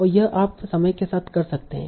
और यह आप समय के साथ कर सकते हैं